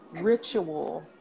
ritual